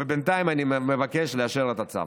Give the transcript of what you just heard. אבל בינתיים אני מבקש לאשר את הצו.